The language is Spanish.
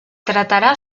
tratará